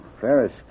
Ferris